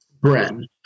Bren